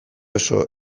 oso